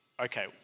okay